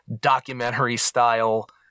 documentary-style